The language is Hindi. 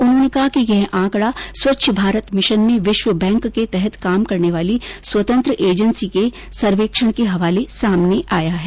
उन्होंने कहा कि यह आंकड़ा स्वच्छ भारत मिशन में विश्व बैंक के तहत काम करने वाली स्वतंत्र एजेंसी के सर्वेक्षण के हवाले सामने आया है